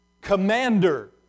Commander